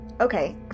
Okay